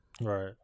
Right